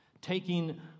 taking